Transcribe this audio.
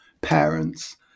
parents